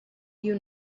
you